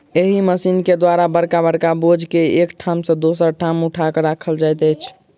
एहि मशीन के द्वारा बड़का बड़का बोझ के एक ठाम सॅ दोसर ठाम उठा क राखल जाइत अछि